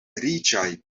riĉaj